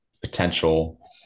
potential